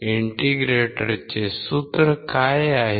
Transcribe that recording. इंटिग्रेटरचे सूत्र काय आहे